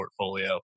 portfolio